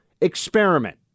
experiment